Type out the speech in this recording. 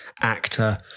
actor